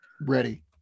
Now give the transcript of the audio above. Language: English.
Ready